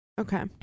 Okay